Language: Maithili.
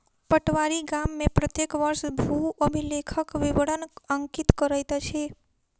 पटवारी गाम में प्रत्येक वर्ष भू अभिलेखक विवरण अंकित करैत अछि